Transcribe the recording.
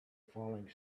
falling